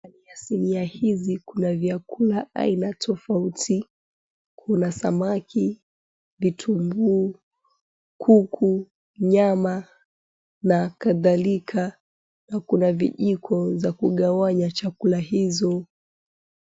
Ndani ya sinia hizi kuna vyakula aina tofauti. Kuna samaki, vitunguu, kuku, nyama na kadhalika na kuna vijiko za kugawanya chakula hizo.